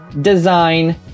Design